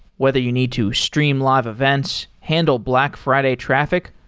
whether you need to stream live events, handle black friday traffic,